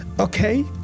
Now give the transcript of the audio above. okay